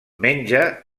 menja